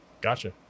Gotcha